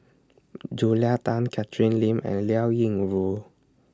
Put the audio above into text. Julia Tan Catherine Lim and Liao Yingru